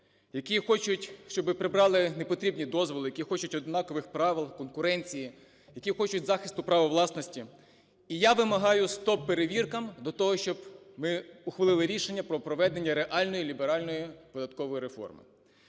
які хочуть, щоб прибрали непотрібні дозволи, які хочуть однакових правил конкуренції, які хочуть захисту права власності. І я вимагаю стоп перевіркам до того, щоб ми ухвалили рішення про проведення реальної ліберальної податкової реформи.